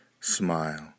smile